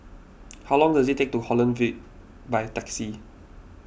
how long does it take to Holland Hill by taxi